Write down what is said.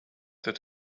that